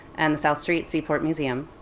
and the south street seaport museum.